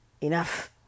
enough